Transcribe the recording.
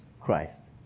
Christ